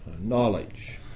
knowledge